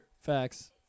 Facts